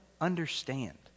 understand